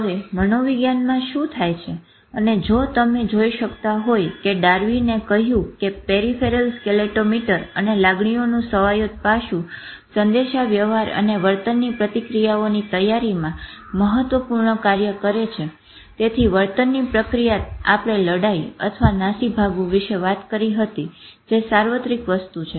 હવે મનોવિજ્ઞાનમાં શું થાય છે અને જો તમે જોઈ શકતા હોય કે ડાર્વિનએ કહ્યું કે પેરીફેરલ સ્કેલેટોમોટોર અને લાગણીઓનું સ્વાયત્ત પાસું સંદેશાવ્યવહાર અને વર્તનની પ્રક્રિયાઓની તૈયારીમાં મહત્વપૂર્ણ કાર્ય કરે છે તેથી વર્તનની પ્રતિક્રિયા આપણે લડાઈ અથવા નાસીભાગવું વિશે વાત કરી હતી જે સાર્વત્રિક વસ્તુ છે